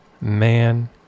man